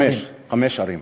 חמש ערים.